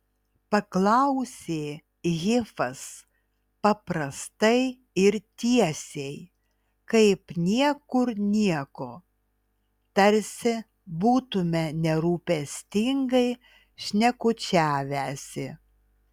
paklausė hifas paprastai ir tiesiai kaip niekur nieko tarsi būtumėme nerūpestingai šnekučiavęsi